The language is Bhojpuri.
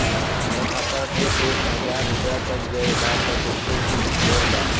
हमार खाता से एक हजार रुपया कट गेल बा त कइसे भेल बा?